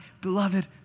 beloved